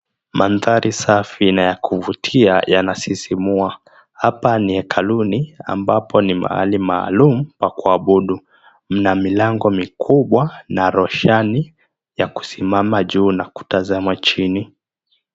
Maandhari safi na ya kuvutia yanasisimua. Hapa ni hekaluni ambapo ni mahali maalum pa kuabudu. Mna milango mikubwa na roshani ya kusimama juu na kutazama chini.